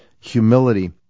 humility